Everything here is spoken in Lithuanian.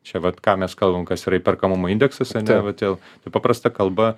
čia vat ką mes kalbam kas yra įperkamumo indeksas ar ne vat vėl paprasta kalba